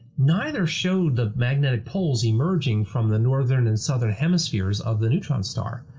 neither showed the magnetic poles emerging from the northern and southern hemispheres of the neutron star.